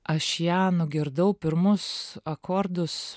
aš ją nugirdau pirmus akordus